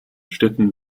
städten